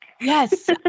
Yes